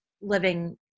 living